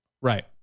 Right